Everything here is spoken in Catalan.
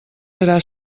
serà